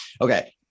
Okay